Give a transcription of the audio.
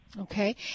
Okay